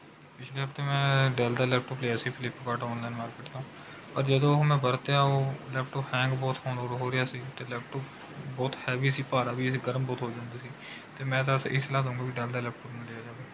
ਪਿਛਲੇ ਹਫ਼ਤੇ ਮੈਂ ਡੈੱਲ ਦਾ ਲੈਪਟੋਪ ਲਿਆ ਸੀ ਫਲਿੱਪਕਾਰਟ ਔਨਲਾਇਨ ਮਾਰਕਿਟ ਤੋਂ ਪਰ ਜਦੋਂ ਉਹ ਮੈਂ ਵਰਤਿਆ ਉਹ ਲੈਪਟੋਪ ਹੈਂਗ ਬਹੁਤ ਹੋਣ ਹੋ ਰਿਹਾ ਸੀ ਅਤੇ ਲੈਪਟੋਪ ਬਹੁਤ ਹੈਵੀ ਸੀ ਭਾਰਾ ਵੀ ਸੀ ਗਰਮ ਬਹੁਤ ਹੋ ਜਾਂਦਾ ਸੀ ਅਤੇ ਮੈਂ ਬਸ ਇਹ ਸਲਾਹ ਦੇਵਾਂਗਾ ਬਈ ਡੈੱਲ ਦਾ ਲੈਪਟੋਪ ਨਾ ਲਿਆ ਜਾਵੇ